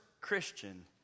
Christian